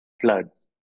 floods